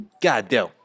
Goddamn